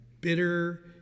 bitter